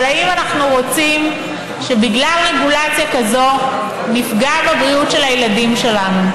אבל האם אנחנו רוצים שבגלל רגולציה כזאת נפגע בבריאות של הילדים שלנו?